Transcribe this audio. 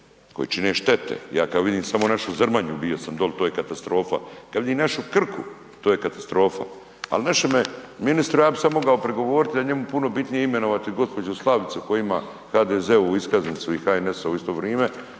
koji čine štete. Ja kad vidim samo našu Zrmanju bio sam doli to je katastrofa. Kada vidim našu Krku to je katastrofa. Al našemu ministru ja bi sad mogao prigovoriti da je njemu puno bitnije imenovati gospođu Slavicu koja ima HDZ-ovu iskaznicu i HNS-ovu u isto vrijeme